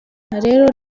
rero